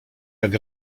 jak